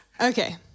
okay